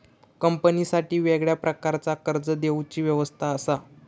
कंपनीसाठी वेगळ्या प्रकारचा कर्ज देवची व्यवस्था असा